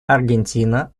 аргентина